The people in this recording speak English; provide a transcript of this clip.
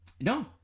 No